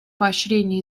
поощрении